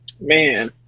man